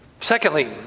Secondly